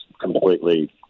completely